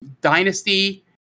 dynasty